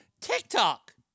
TikTok